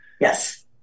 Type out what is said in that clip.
Yes